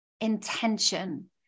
intention